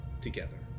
together